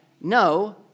no